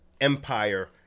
empire